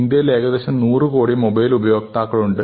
ഇന്ത്യയിൽ ഏകദേശം 100 കോടി മൊബൈൽ ഉപയോക്താക്കളുണ്ട്